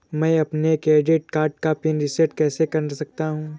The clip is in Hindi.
मैं अपने क्रेडिट कार्ड का पिन रिसेट कैसे कर सकता हूँ?